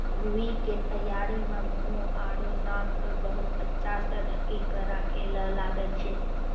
रूई के तैयारी मं मुंह आरो नाक क बहुत अच्छा स ढंकी क राखै ल लागै छै